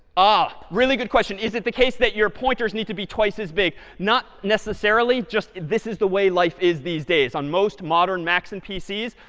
ah, really good question. is it the case that your pointers need to be twice as big? not necessarily, just, this is the way life is these days. on most modern macs and pcs,